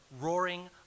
roaring